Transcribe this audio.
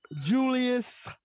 Julius